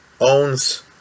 owns